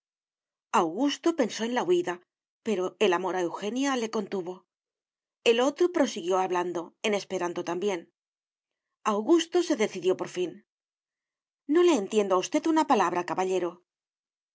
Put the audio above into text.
augusto pensó en la huída pero el amor a eugenia le contuvo el otro prosiguió hablando en esperanto también augusto se decidió por fin no le entiendo a usted una palabra caballero